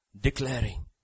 Declaring